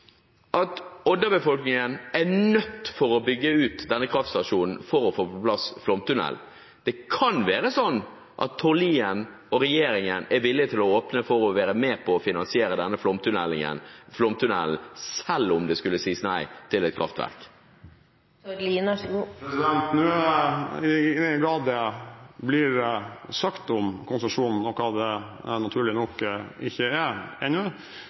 det være slik at Tord Lien og regjeringen er villig til å åpne for å være med på å finansiere denne flomtunnelen selv om det skulle sies nei til kraftverk? I den grad det blir sagt noe om konsesjonen – noe en naturlig nok ikke har gjort ennå